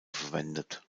verwendet